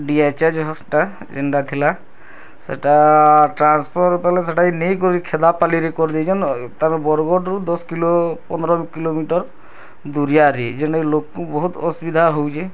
D H H hospital ଯେନ୍ଟା ଥିଲା ସେଇଟା ଟ୍ରାନ୍ସଫର୍ କଲେ ସେଇଟା ନେଇକରି ଖେଦାପାଲିରେ କରିଦେଇଛନ୍ ତା'ପରେ ବରଗଡ଼ରୁ ଦଶ୍ କିଲୋ ପନ୍ଦର୍ କିଲୋମିଟର ଦୁରିଆରେ ଯେନ୍ଟା କି ଲୋକଙ୍କୁ ବହୁତ୍ ଅସୁବିଧା ହେଉଛି